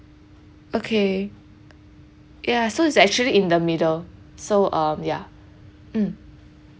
okay ya so it's actually in the middle so um ya mm